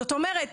זאת אומרת,